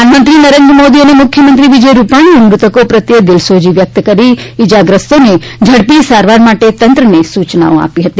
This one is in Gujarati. પ્રધાનમંત્રી નરેન્દ્ર મોદી અને મુખ્યમંત્રી વિજય રૂપાણીએ મૃતકો પ્રત્યે દિલસોજી વ્યક્ત કરી ઈજાગ્રસ્તોને ઝડપી સારવાર માટે તંત્રને સૂચના આપી હતી